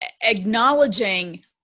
acknowledging